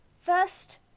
First